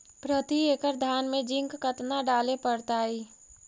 प्रती एकड़ धान मे जिंक कतना डाले पड़ताई?